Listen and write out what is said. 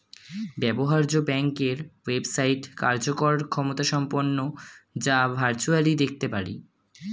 ব্যবহার্য ব্যাংকের ওয়েবসাইট কার্যকর ক্ষমতাসম্পন্ন যা ভার্চুয়ালি দেখতে পারি